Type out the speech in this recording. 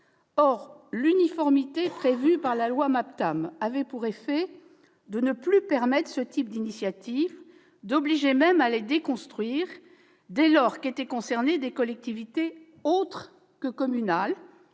Or l'uniformité prévue par la loi MAPTAM avait pour effet d'empêcher ce type d'initiative, obligeant même à les déconstruire, dès lors qu'étaient concernées des collectivités autres que communales.